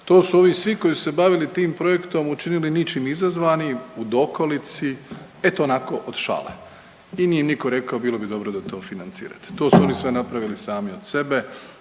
To su ovi svi koji su se bavili tim projektom učinili ničim izazvani, u dokolici, eto onako od šale i nije im nitko rekao bilo bi dobro da to financirate. To su oni sve napravili sami od sebe,